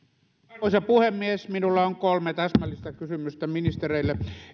arvoisa puhemies minulla on kolme täsmällistä kysymystä ministereille